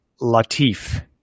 Latif